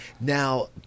Now